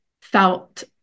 felt